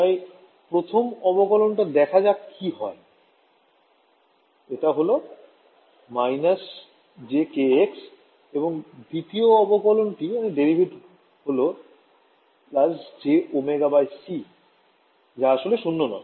তাই প্রথম অবকলন টা দেখা যাক কি হয় এটা হল jkx এবং দ্বিতীয় অবকলন টি হল jωc যা আসলে ০ নয়